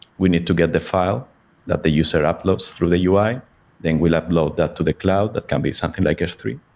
we need to get the file that the user uploads through the ui, then we'll upload that to the cloud. that can be something like s three.